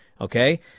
Okay